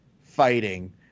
fighting